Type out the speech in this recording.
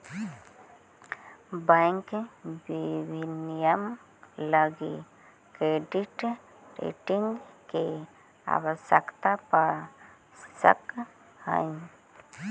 bank विनियमन लगी credit rating के आवश्यकता पड़ सकऽ हइ